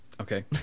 Okay